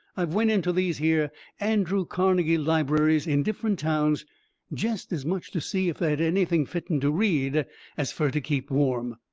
i've went into these here andrew carnegie libraries in different towns jest as much to see if they had anything fitten to read as fur to keep warm.